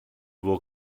will